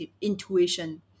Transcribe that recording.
intuition